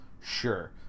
Sure